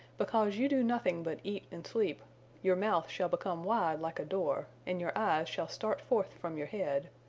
because you do nothing but eat and sleep your mouth shall become wide like a door, and your eyes shall start forth from your head.